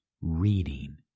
reading